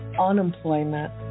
unemployment